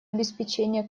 обеспечения